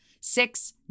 six